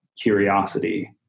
curiosity